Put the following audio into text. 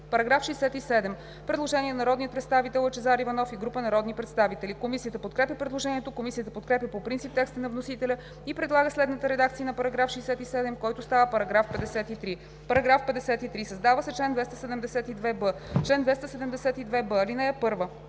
става § 52. Предложение на народния представител Лъчезар Иванов и група народни представители. Комисията подкрепя предложението. Комисията подкрепя по принцип текста на вносителя и предлага следната редакция на § 67, който става § 53: „§ 53. Създава се чл. 272б: „Чл. 272б. (1)